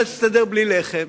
אפשר להסתדר בלי לחם.